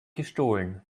gestohlen